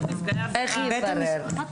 איך יברר?